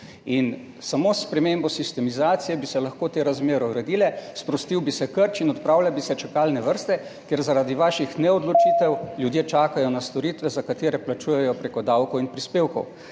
In samo s spremembo sistemizacije bi se lahko te razmere uredile, sprostil bi se krč in odpravile bi se čakalne vrste, ker zaradi vaših neodločitev ljudje čakajo na storitve, za katere plačujejo preko davkov in prispevkov.